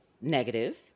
negative